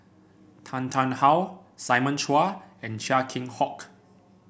Tan Tarn How Simon Chua and Chia Keng Hock